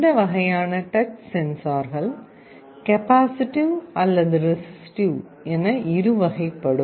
இந்த வகையான டச் சென்சார்கள் கெபாசிட்டிவ் அல்லது ரெசிஸ்ட்டிவ் என இரு வகைப்படும்